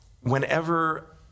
whenever